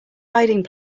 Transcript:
hiding